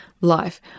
life